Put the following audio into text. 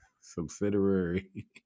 subsidiary